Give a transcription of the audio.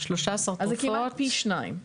כמעט פי שניים.